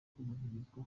kubahirizwa